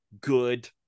good